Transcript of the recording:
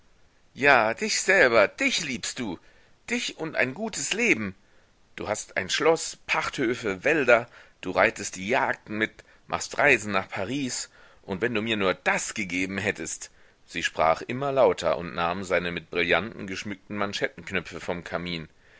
ja dich selber dich liebst du dich und ein gutes leben du hast ein schloß pachthöfe wälder du reitest die jagden mit machst reisen nach paris und wenn du mir nur das gegeben hättest sie sprach immer lauter und nahm seine mit brillanten geschmückten manschettenknöpfe vom kamin